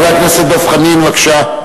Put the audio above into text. חבר הכנסת דב חנין, בבקשה.